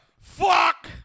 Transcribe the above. fuck